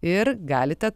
ir galite